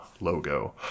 logo